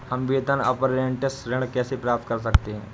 हम वेतन अपरेंटिस ऋण कैसे प्राप्त कर सकते हैं?